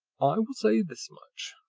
i will say this much,